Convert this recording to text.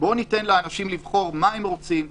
בוא ניתן לאנשים לבחור מה הם רוצים,